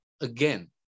again